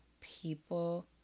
people